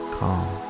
calm